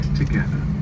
together